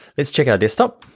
let's check our desktop.